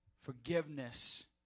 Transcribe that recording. forgiveness